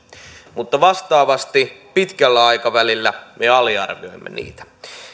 mutta vastaavasti pitkällä aikavälillä me aliarvioimme niitä